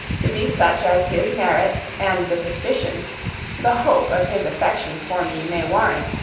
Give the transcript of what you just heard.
to be such as his merit, and the suspicion the hope of his affection for me may warrant,